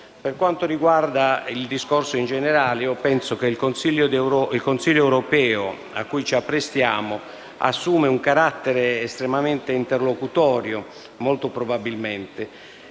Per quanto riguarda il discorso in generale, penso che il Consiglio europeo cui ci apprestiamo assuma un carattere molto probabilmente interlocutorio, anche per il